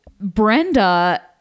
Brenda